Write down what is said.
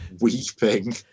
weeping